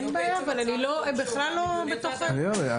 אין בעיה, אבל הם בכלל לא בתוך האירוע הזה.